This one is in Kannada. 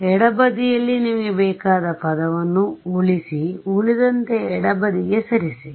ಎಡ ಬದಿಯಲ್ಲಿ ನಿಮಗೆ ಬೇಕಾದ ಪದವನ್ನು ಉಳಿಸಿ ಉಳಿದಂತೆ ಎಡಬದಿಗೆ ಸರಿಸಿ